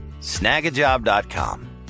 Snagajob.com